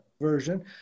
version